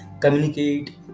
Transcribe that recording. communicate